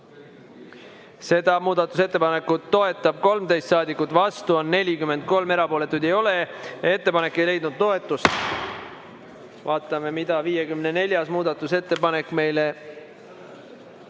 Seda muudatusettepanekut toetab 13 saadikut, vastu on 43, erapooletuid ei ole. Ettepanek ei leidnud toetust. Vaatame, mida 54. muudatusettepanek meile ...